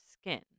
skin